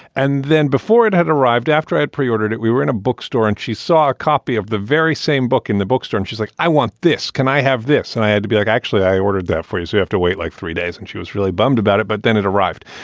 and then before it had arrived, after i'd pre-ordered it, we were in a bookstore and she saw a copy of the very same book in the bookstore. and she's like, i want this. can i have this? i had to be like, actually, i ordered that for you. so you have to wait like three days. and she was really bummed about it, but then it arrived.